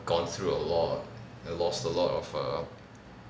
gone through a lot and lost a lot of err